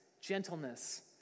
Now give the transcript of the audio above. gentleness